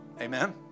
Amen